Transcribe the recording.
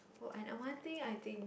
oh and uh one thing I think